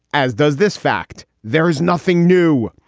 as does this fact. there is nothing new.